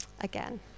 again